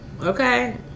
Okay